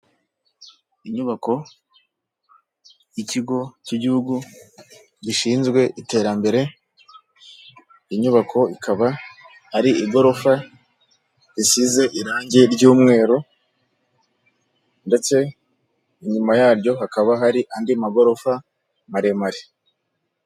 Inyubako y'ikigo cy'igihugu gishinzwe iterambere, inyubako ikaba ari igorofa risize irangi ry'umweru ndetse inyuma yaryo hakaba hari andi magorofa maremare.